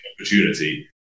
opportunity